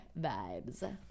vibes